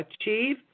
achieve